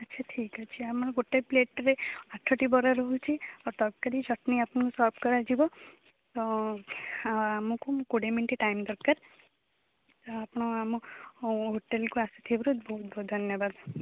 ଆଚ୍ଛା ଠିକ୍ ଅଛି ଆମର ଗୋଟେ ପ୍ଲେଟରେ ଆଠଟି ବରା ରହୁଛି ଆଉ ତରକାରୀ ଚଟଣୀ ଆପଣଙ୍କୁ ସର୍ଭ କରାଯିବ ତ ଆମକୁ ମୁଁ କୋଡ଼ିଏ ମିନିଟ୍ ଟାଇମ୍ ଦରକାର ତ ଆପଣ ଆମ ହୋଟେଲକୁ ଆସିଥିବରୁ ବହୁତ ବହୁତ ଧନ୍ୟବାଦ